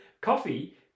Coffee